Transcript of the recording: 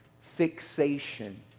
fixation